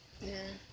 ya